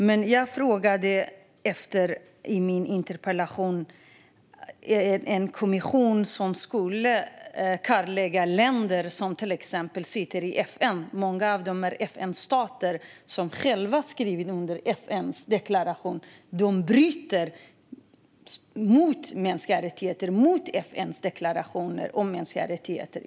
Men jag frågade i min interpellation om en kommission som skulle kartlägga länder som till exempel sitter i FN - många av dem är FN-stater som själva har skrivit under FN:s deklaration. De bryter mot FN:s deklaration om mänskliga rättigheter.